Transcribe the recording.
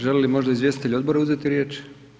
Žele li možda izvjestitelji odbora uzeti riječ?